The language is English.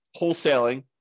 wholesaling